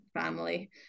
family